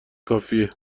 کافیه